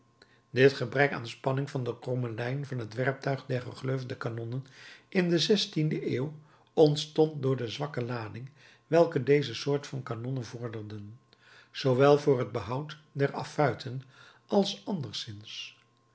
dit gebrek aan spanning van de kromme lijn van het werptuig der gegleufde kanonnen in de zestiende eeuw ontstond door de zwakke lading welke deze soort van kanonnen vorderen zoowel voor het behoud der affuiten als anderszins